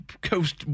coast